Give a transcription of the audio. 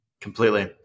Completely